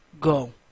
go